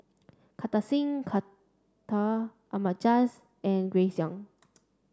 Kartar Singh Thakral Ahmad Jais and Grace Young